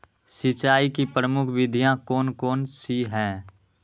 सिंचाई की प्रमुख विधियां कौन कौन सी है?